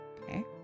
Okay